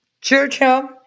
Churchill